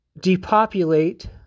depopulate